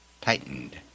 tightened